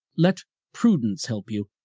let prudence help you,